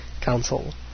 council